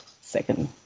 second